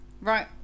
Right